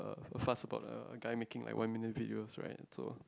fuss about a a guy making like one minute videos right so